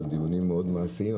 על דיונים מאוד מעשיים,